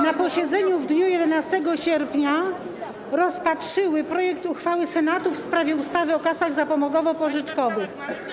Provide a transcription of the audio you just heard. na posiedzeniu w dniu 11 sierpnia rozpatrzyły projekt uchwały Senatu w sprawie ustawy o kasach zapomogowo-pożyczkowych.